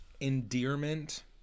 endearment